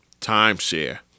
timeshare